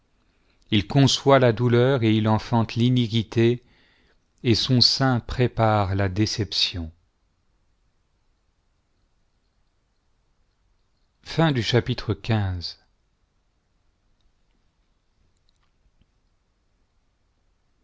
il conçoit la douleur et il enfante l'iniquité et son sein prépare la déception